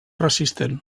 resistent